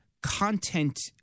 content